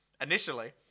Initially